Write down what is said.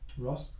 Ross